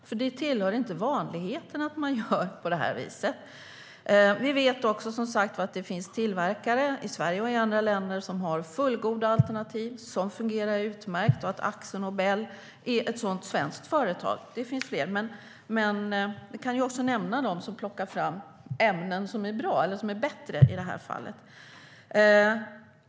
Det tillhör nämligen inte vanligheterna att man gör på detta sätt. Vi vet också att det finns tillverkare i Sverige och i andra länder som har fullgoda alternativ som fungerar utmärkt. Akzo Nobel är ett sådant svenskt företag, och det finns fler. Men man kan också nämna dem som plockar fram ämnen som är bättre i detta fall.